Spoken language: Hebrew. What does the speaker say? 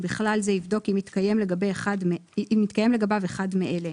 ובכלל זה יבדוק אם התקיים לגביו אחד מאלה: